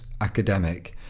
academic